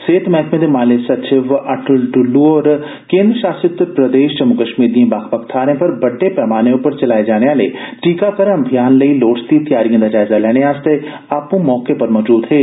सेह्त मैहकमे दे माली सचिव अटल डुल्लु होर केन्द्र शासित प्रदेश जम्मू कश्मीर दिए बक्ख बक्ख थाहरें पर बड़डे स्तरै उप्पर चलाए जाने आह्ले टीकाकरण अभियान लेई लोड़चदी तैयारिएं दा जायजा लैने आस्तै आपू मौके पर मौजूद हे